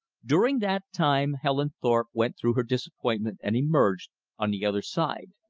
during that time helen thorpe went through her disappointment and emerged on the other side.